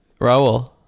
Raul